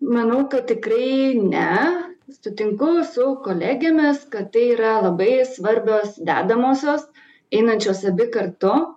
manau kad tikrai ne sutinku su kolegėmis kad tai yra labai svarbios dedamosios einančios abi kartu